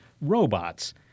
robots